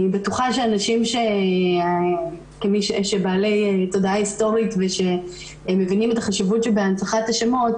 אני בטוחה שאנשים בעלי תודעה היסטורית ומבינים את החשיבות שבהנצחת השמות